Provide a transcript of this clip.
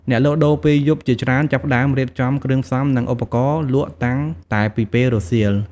អ្នកលក់ដូរពេលយប់ជាច្រើន ចាប់ផ្ដើមរៀបចំគ្រឿងផ្សំ និងឧបករណ៍លក់តាំងតែពីពេលរសៀល។